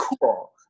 cool